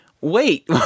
wait